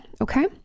okay